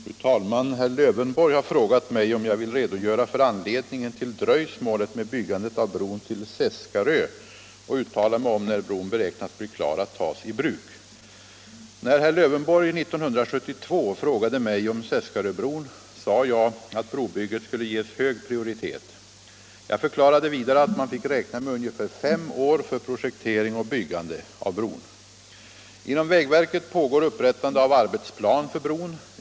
Fru talman! Herr Lövenborg har frågat mig om jag vill redogöra för anledningen till dröjsmålet med byggandet av bron till Seskarö och uttala mig om när bron beräknas bli klar att tas i bruk. När herr Lövenborg år 1972 frågade mig om Seskaröbron sade jag att brobygget skulle ges hög prioritet. Jag förklarade vidare att man fick räkna med ungefär fem år för projektering och byggande av bron. Inom vägverket pågår upprättande av arbetsplan för bron.